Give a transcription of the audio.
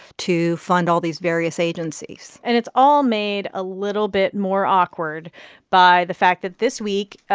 to fund all these various agencies and it's all made a little bit more awkward by the fact that this week,